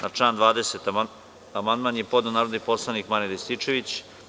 Na član 20. amandman je podneo narodni poslanik Marijan Rističević.